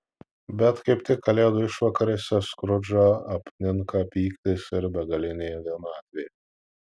bet kaip tik kalėdų išvakarėse skrudžą apninka pyktis ir begalinė vienatvė